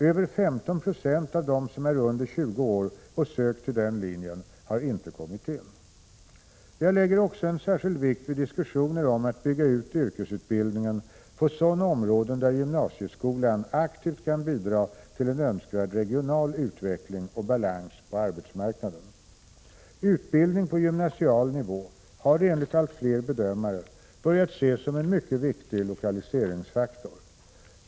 Över 15 26 av dem som är under 20 år och sökt till den linjen har inte kommit in. Jag lägger också en särskild vikt vid diskussioner om att bygga ut yrkesutbildningen på sådana områden där gymnasieskolan aktivt kan bidra till en önskvärd regional utveckling och balans på arbetsmarknaden. Utbildning på gymnasial nivå har enligt allt fler bedömare börjat ses som en mycket viktig lokaliseringsfaktor.